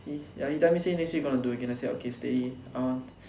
he ya he tell me say next week he gonna do again I say steady I want